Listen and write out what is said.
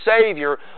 Savior